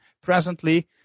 presently